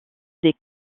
des